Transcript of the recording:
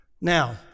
Now